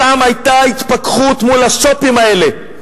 שם היתה התפכחות מול השו"פים האלה,